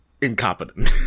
incompetent